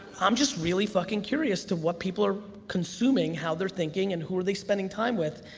i'm just really fucking curious to what people are consuming, how they're thinking, and who are they spending time with,